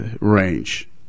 range